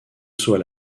saut